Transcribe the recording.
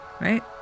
right